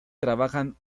trabajan